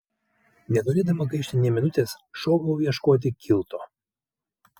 nenorėdama gaišti nė minutės šokau ieškoti kilto